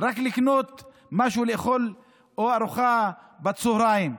רק לקנות משהו לאכול או ארוחה בצוהריים.